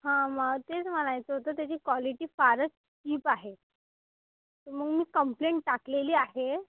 हा मला तेच म्हणायचं होतं त्याची क्वालिटी फारच चिप आहे मग मी कंप्लेंट टाकलेली आहे